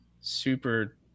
Super